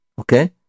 Okay